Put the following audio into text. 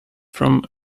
from